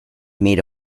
made